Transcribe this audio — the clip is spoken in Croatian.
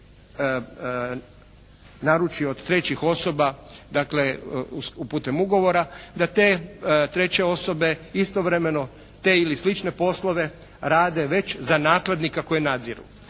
naruči od trećih osoba dakle putem ugovora da te treće osobe istovremeno te ili slične poslove rade već za nakladnika koje nadziru,